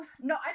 No